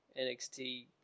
NXT